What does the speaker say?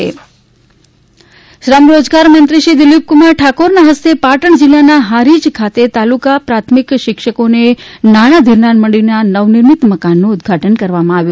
ઉદ્દઘાટન શ્રમ રોજગાર મંત્રી શ્રી દીલીપકુમાર ઠાકોરના હસ્તે પાટણ જિલ્લાના હારીજ ખાતે તાલુકા પ્રાથમિક શિક્ષકોને નાણા ધીરનાર મંડળીના નવનિર્મિત મકાનનું ઉદ્દઘાટન કરવામાં આવ્યું